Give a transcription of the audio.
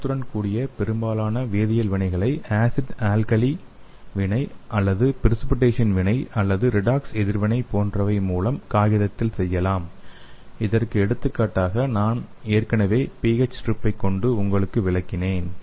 வண்ணத்துடன் கூடிய பெரும்பாலான வேதியியல் வினைகளை ஆசிட் ஆல்காலி வினை அல்லது பிரிசிபிடேஷன் வினை அல்லது ரிடாக்ஸ் எதிர்வினை போன்றவை மூலம் காகிதத்தில் செய்யலாம் இதற்கு எடுத்துக்காட்டாக நான் ஏற்கனவே pH ஸ்ட்ரிப்பை கொண்டு உங்களுக்கு விளக்கினேன்